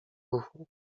ruchu